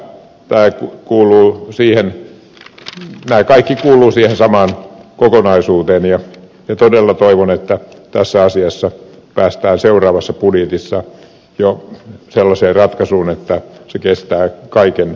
nämä kaikki kuuluvat siihen samaan kokonaisuuteen ja todella toivon että tässä asiassa päästään seuraavassa budjetissa jo sellaiseen ratkaisuun että se kestää kaiken arvioinnin